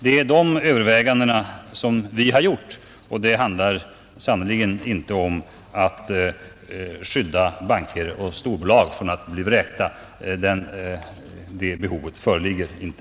Det är de övervägandena som vi har gjort, och det handlar sannerligen inte om att skydda banker och storbolag från att bli vräkta. Det behovet föreligger inte.